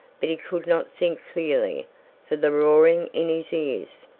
but he could not think clearly for the roaring in his ears.